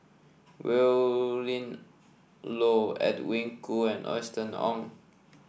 Willin Low Edwin Koo and Austen Ong